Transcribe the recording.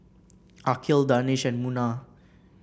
Aqil Danish and Munah